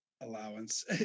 allowance